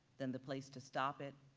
than the place to stop it,